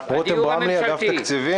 הדיור הממשלתי.